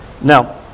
Now